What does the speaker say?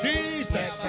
Jesus